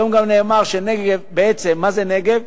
היום גם נאמר שנגב, בעצם מה זה נגב?